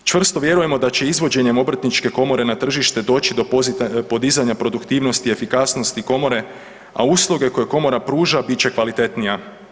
Čvrsto vjerujemo da će izvođenjem obrtničke komore na tržište doći do podizanja produktivnosti i efikasnosti komore, a usluge koje komora pruža bit će kvalitetnija.